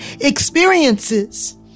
experiences